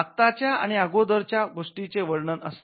आत्ताच्या आणि अगोदरच्या गोष्टीचे वर्णन असते